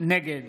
נגד